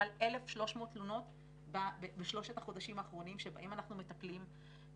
מעל 1,300 תלונות בשלושת החודשים האחרונים ואנחנו מטפלים בהן.